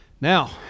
Now